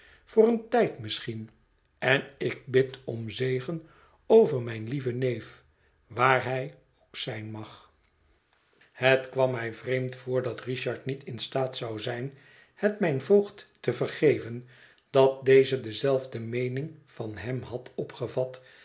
voor een tijd misschien en ik bid om zegen over mijn lieven neef waar hij ook zijn mag het kwam mij vreemd voor dat richard niet in staat zou zijn het mijn voogd te vergeven dat deze dezelfde meening van hem had opgevat